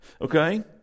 okay